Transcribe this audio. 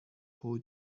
for